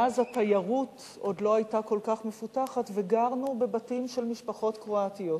ואז התיירות עוד לא היתה כל כך מפותחת וגרנו בבתים של משפחות קרואטיות.